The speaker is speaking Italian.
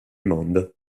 mondo